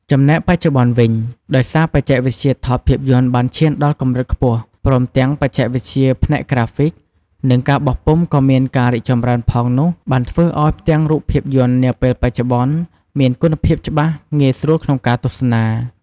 ចំណែកបច្ចុប្បន្នវិញ ដោយសារបច្ចេកវិទ្យាថតភាពយន្តបានឈានដល់កម្រិតខ្ពស់ព្រមទាំងបច្ចេកវិទ្យាផ្នែកក្រាហ្វិក និងការបោះពុម្ពក៏មានការរីកចម្រើនផងនោះបានធ្វើអោយ ផ្ទាំងរូបភាពយន្តនាពេលបច្ចុប្បន្នមាន គុណភាពច្បាស់ងាយស្រួលក្នុងការទស្សនា ។